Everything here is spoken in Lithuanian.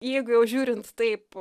jeigu jau žiūrint taip